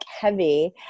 heavy